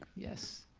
yes.